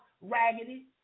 raggedy